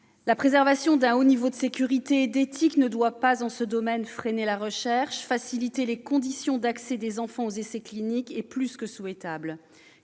La préservation d'un haut niveau de sécurité et d'éthique ne doit pas en ce domaine freiner la recherche. Faciliter les conditions d'accès des enfants aux essais cliniques est plus que souhaitable.